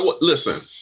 Listen